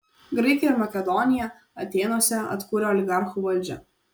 graikiją ir makedoniją atėnuose atkūrė oligarchų valdžią